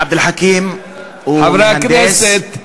עבד אל חכים הוא מהנדס,